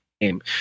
game